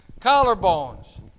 collarbones